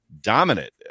dominant